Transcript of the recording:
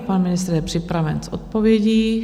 Pan ministr je připraven s odpovědí.